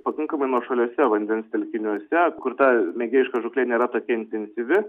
pakankamai nuošaliuose vandens telkiniuose kur ta mėgėjiška žūklė nėra tokia intensyvi